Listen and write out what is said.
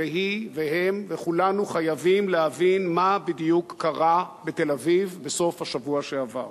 היא והם וכולנו חייבים להבין מה בדיוק קרה בתל-אביב בסוף השבוע שעבר.